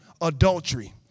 adultery